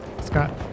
Scott